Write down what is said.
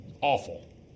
Awful